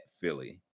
Philly